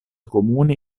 comuni